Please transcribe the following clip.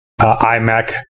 IMAC